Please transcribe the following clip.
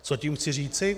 Co tím chci říci?